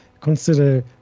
consider